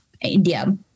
India